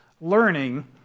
learning